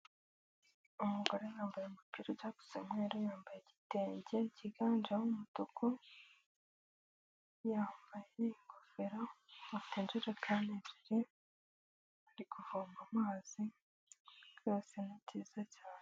Umugore yambaye umupira ujya gusa umweru, yambaye igitenge kiganjemo umutuku, yambaye ingofero afite injerekani ebyiri, ari kuvoma amazi byose ni byiza cyane.